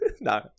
No